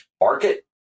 market